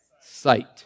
sight